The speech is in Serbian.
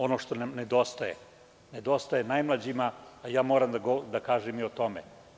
Ono što nam nedostaje, nedostaje najmlađima, a moram da kažem i o tome.